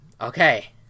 Okay